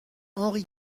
henri